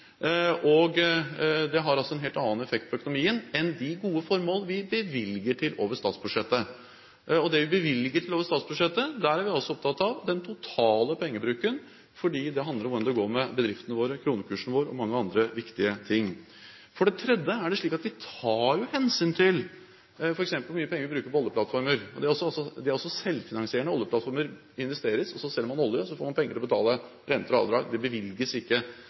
og det har altså en helt annen effekt på økonomien enn de gode formålene vi bevilger til over statsbudsjettet. Når det gjelder dem vi bevilger til over statsbudsjettet, er vi altså opptatt av den totale pengebruken, fordi det handler om hvordan det går med bedriftene våre, kronekursen vår og mange andre viktige ting. For det tredje er det slik at vi tar hensyn til f.eks. hvor mye penger vi bruker på oljeplattformer. Oljeplattformene er også selvfinansierende; det investeres, så selger man olje, og så får man penger til å betale renter og avdrag. Det bevilges ikke